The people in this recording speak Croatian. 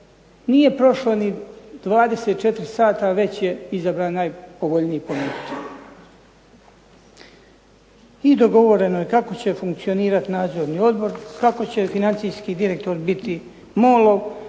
nije prošlo ni 24 sata već je izabran najpovoljniji ponuđač. I dogovoreno je kako će funkcionirati nadzorni odbor, kako će financijski direktor biti MOL-ov,